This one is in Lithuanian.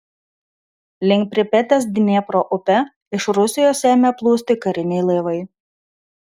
link pripetės dniepro upe iš rusijos ėmė plūsti kariniai laivai